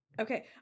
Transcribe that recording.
Okay